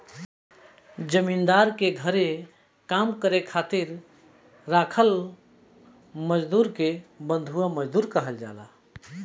जमींदार के घरे काम करे खातिर राखल मजदुर के बंधुआ मजदूर कहल जाला